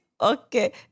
Okay